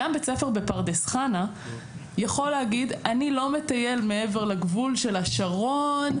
גם בית ספר בפרדס חנה יכול להגיד אני לא מטייל מעבר לגבול של השרון,